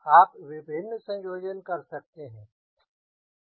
आप विभिन्न संयोजन कर सकते हैं